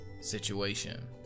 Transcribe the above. situation